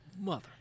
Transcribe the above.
Mother